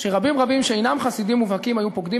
שרבים רבים שאינם חסידים מובהקים היו פוקדים